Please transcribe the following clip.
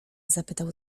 zapytał